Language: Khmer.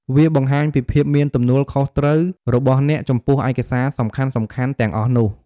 វាបង្ហាញពីភាពមានទំនួលខុសត្រូវរបស់អ្នកចំពោះឯកសារសំខាន់ៗទាំងអស់នោះ។